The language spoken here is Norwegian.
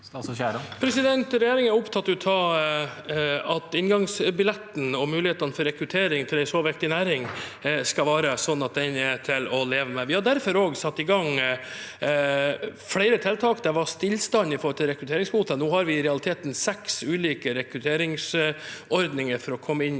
Regjeringen er opptatt av at inngangsbilletten og muligheten for rekruttering til en så viktig næring skal være slik at den er til å leve med. Vi har derfor satt i gang flere tiltak. Det var stillstand for rekrutteringskvoter – nå har vi i realiteten seks ulike rekrutteringsordninger for å komme inn